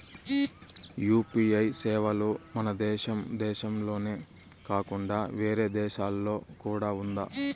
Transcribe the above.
UPI సేవలు మన దేశం దేశంలోనే కాకుండా వేరే దేశాల్లో కూడా ఉందా?